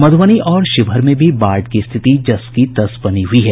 मध्रबनी और शिवहर में भी बाढ़ की रिथति जस की तस बनी हुई है